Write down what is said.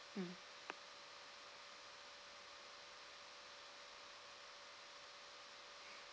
mm